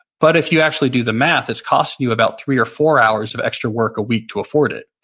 but if you actually do the math, it's costing you about three or four hours of extra work a week to afford it.